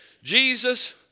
Jesus